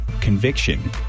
Conviction